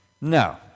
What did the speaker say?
No